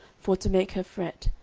for to make her fret,